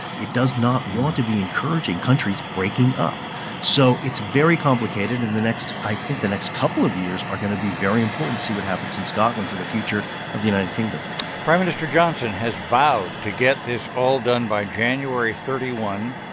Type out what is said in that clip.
it does not want to be encouraging countries breaking up so it's very complicated. in the next i think the next couple of years are going to be very important to see what happens in scotland for the future of the united kingdom prime minister johnson has vowed to get this all done by january thirty one,